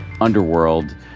underworld